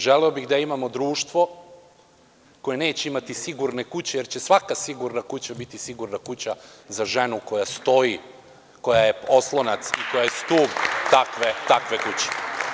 Želeo bih da imamo društvo koje neće imati sigurne kuće jer će svaka sigurna kuća biti sigurna kuća za ženu koja stoji, koja je oslonac i koja je stub takve kuće.